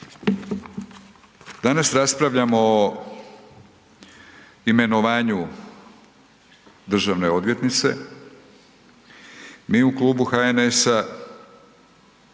Danas raspravljamo o imenovanju državne odvjetnice, mi u klubu HNS-a